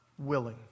Willing